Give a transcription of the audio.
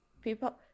people